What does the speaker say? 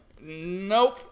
Nope